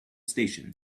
station